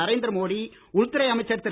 நரேந்திர மோடி உள்துறை அமைச்சர் திரு